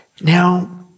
Now